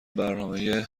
برنامه